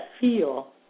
feel